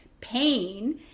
pain